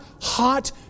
hot